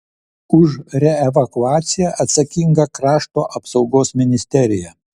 už reevakuaciją atsakinga krašto apsaugos ministerija